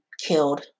killed